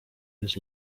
his